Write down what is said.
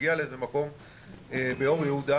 הגיע לאיזה מקום באור יהודה,